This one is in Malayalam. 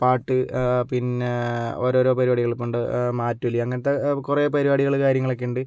പാട്ട് പിന്നെ ഓരോരോ പരിപാടികള് ഇപ്പം പണ്ട് മാറ്റൂലെ അങ്ങനത്തെ കുറെ പരിപാടികള് കാര്യങ്ങളൊക്കെ ഉണ്ട്